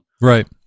Right